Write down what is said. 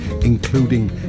including